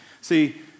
See